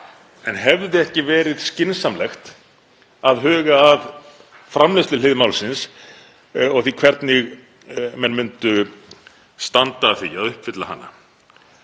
en hefði ekki verið skynsamlegt að huga að framleiðsluhlið málsins og því hvernig menn myndu standa að því að uppfylla hana?